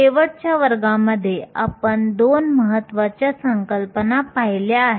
शेवटच्या वर्गामध्ये आपण 2 महत्वाच्या संकल्पना पाहिल्या आहेत